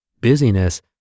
Busyness